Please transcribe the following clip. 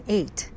eight